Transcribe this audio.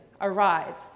arrives